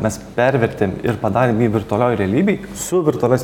mes pervertėm ir padarėm jį virtualioj realybėj su virtualios